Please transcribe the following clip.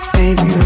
baby